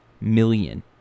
million